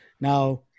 Now